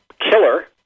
killer